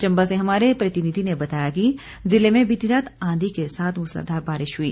चंबा से हमारे प्रतिनिधि ने बताया कि जिले में बीती रात आंधी के साथ मुसलाघार बारिश हुई